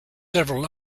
several